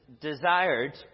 desired